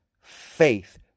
faith